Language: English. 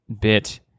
bit